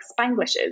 spanglishes